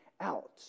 out